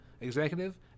executive